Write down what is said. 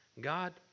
God